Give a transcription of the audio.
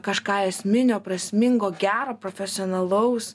kažką esminio prasmingo gero profesionalaus